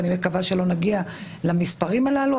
אני מקווה שלא נגיע למספרים הללו.